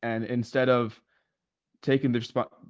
and instead of taking their spot,